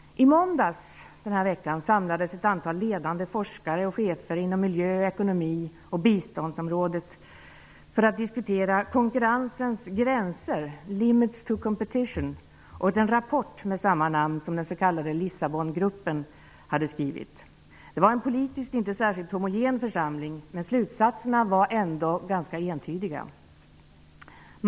I måndags den här veckan samlades ett antal ledande forskare och chefer inom miljö-, ekonomioch biståndsområdet för att diskutera konkurrensens gränser, ''limits to competition'', och den rapport med samma namn som den s.k. Lissabongruppen hade skrivit. Det var en politiskt inte särskilt homogen församling, men slutsatserna var ändå ganska entydiga.